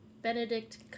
Benedict